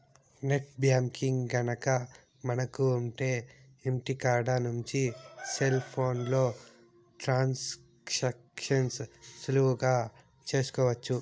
net banking గనక మనకు ఉంటె ఇంటికాడ నుంచి సెల్ ఫోన్లో ట్రాన్సాక్షన్స్ సులువుగా చేసుకోవచ్చు